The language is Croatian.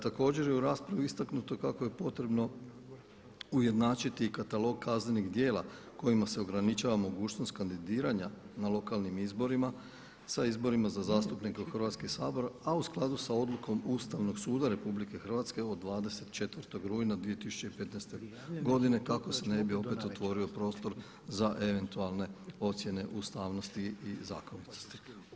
Također je u raspravi istaknuto kako je potrebno ujednačiti i katalog kaznenih djela kojima se ograničava mogućnost kandidiranja na lokalnim izborima sa izborima za zastupnika u Hrvatski sabor, a u skladu sa odlukom Ustavnog suda Republike Hrvatske od 24. rujna 2015. godine kako se ne bi opet otvorio prostor za eventualne ocjene ustavnosti i zakonitosti.